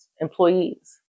employees